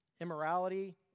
immorality